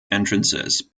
entrances